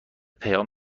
پیام